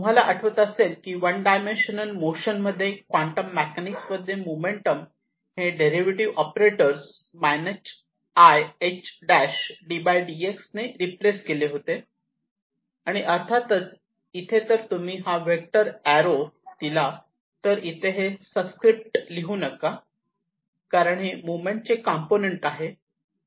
तुम्हाला आठवत असेल की वन डायमेन्शनल मोशन मध्ये क्वांटम मेकॅनिक्स मध्ये मोमेंटम हे डेरिव्हेटिव्ह ऑपरेटर ih'ddx ने रिप्लेस केले होते आणि अर्थातच इथे तर तुम्ही हा वेक्टर एर्रो दिला तर इथे हे सबस्क्रिप्त लिहू नका कारण हे मोमेंटमचे कॉम्पोनन्ट आहे